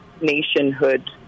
nationhood